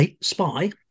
spy